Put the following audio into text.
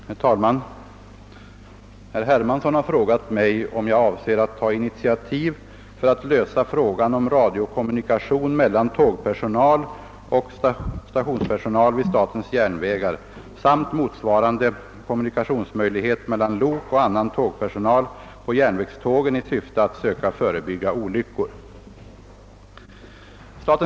Herr talman! Herr Hermansson har frågat mig om jag avser att ta initiativ för att lösa frågan om radiokommunikation mellan tågpersonal och stationspersonal vid statens järnvägar samt motsvarande kommunikationsmöjlighet mellan lokoch annan tågpersonal på järnvägstågen i syfte att söka förebygga olyckor.